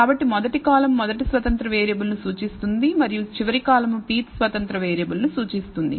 కాబట్టి మొదటి కాలమ్ మొదటి స్వతంత్ర వేరియబుల్ ను సూచిస్తుంది మరియు చివరి కాలమ్ pth స్వతంత్ర వేరియబుల్ ను సూచిస్తుంది